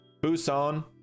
Busan